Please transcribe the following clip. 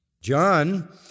John